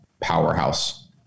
powerhouse